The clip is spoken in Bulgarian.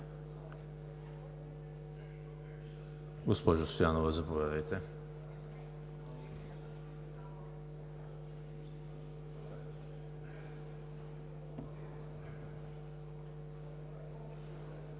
Госпожо Стоянова, заповядайте.